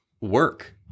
work